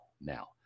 now